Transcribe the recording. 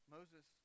Moses